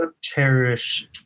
cherish